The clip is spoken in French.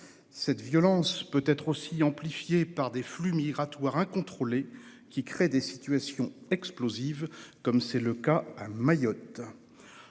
Cette violence peut être encore amplifiée par des flux migratoires incontrôlés qui créent des situations explosives, comme c'est le cas à Mayotte.